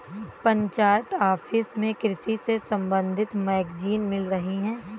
panchayat office में कृषि से संबंधित मैगजीन मिल रही है